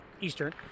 Eastern